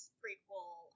prequel